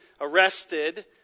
arrested